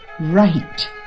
right